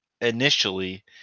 initially